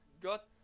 got